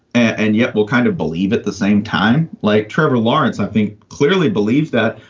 and yet we'll kind of believe at the same time, like trevor lawrence, i think clearly believes that.